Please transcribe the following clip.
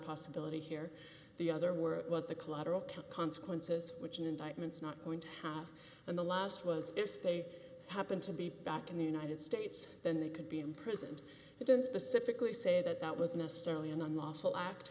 possibility here the other were it was the collateral consequences which an indictment is not going to have and the last was if they happen to be back in the united states then they could be imprisoned i don't specifically say that that was necessarily an unlawful act